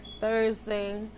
Thursday